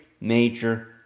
major